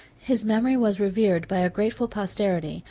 his memory was revered by a grateful posterity,